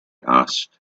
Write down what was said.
asked